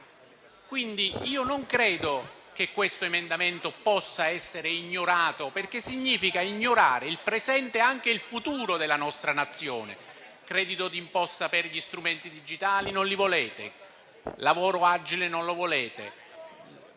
digitali. Non credo che questo emendamento possa essere ignorato, perché significa ignorare il presente e anche il futuro della nostra Nazione. Il credito d'imposta per gli strumenti digitali non lo volete, il lavoro agile non lo volete,